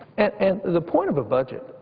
and the point of a budget,